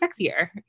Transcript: sexier